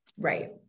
right